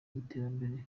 y’iterambere